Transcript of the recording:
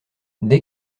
dès